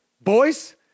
boys